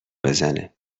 بزنه